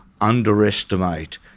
underestimate